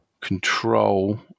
control